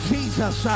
Jesus